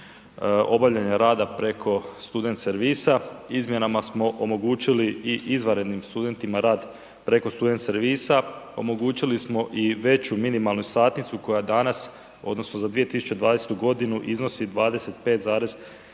obavljanja rada preko student servisa, izmjenama smo omogućili i izvanrednim studentima rad preko student servisa, omogućili smo i veću minimalnu satnicu koju danas odnosno za 2020. godinu iznosi 25,39